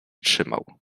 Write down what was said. trzymał